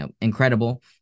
incredible